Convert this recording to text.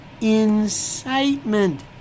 Incitement